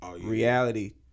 Reality